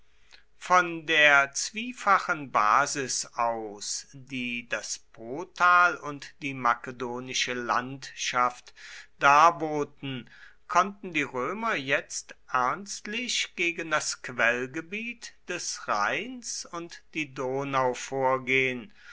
von der zwiefachen basis aus die das potal und die makedonische landschaft darboten konnten die römer jetzt ernstlich gegen das quellgebiet des rheins und die donau vorgehen